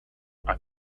have